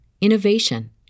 innovation